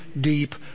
deep